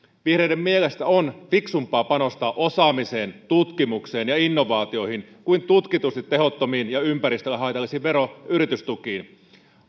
vihreiden mielestä on fiksumpaa panostaa osaamiseen tutkimukseen ja innovaatioihin kuin tutkitusti tehottomiin ja ympäristölle haitallisiin vero ja yritystukiin